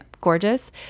gorgeous